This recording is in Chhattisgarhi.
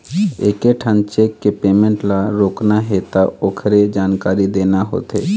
एकेठन चेक के पेमेंट ल रोकना हे त ओखरे जानकारी देना होथे